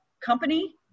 company